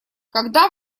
когда